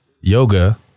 yoga